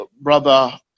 Brother